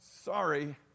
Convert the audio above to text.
Sorry